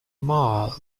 mile